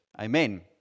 Amen